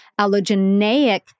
allogeneic